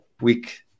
week